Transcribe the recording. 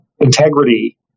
Integrity